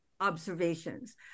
observations